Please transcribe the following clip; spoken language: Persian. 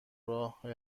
راه